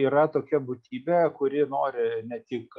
yra tokia būtybė kuri nori ne tik